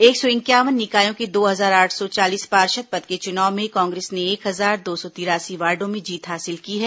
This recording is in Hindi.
एक सौ इंक्यावन निकायों के दो हजार आठ सौ चालीस पार्षद पद के चुनाव में कांग्रेस ने एक हजार दो सौ तिरासी वार्डो में जीत हासिल की है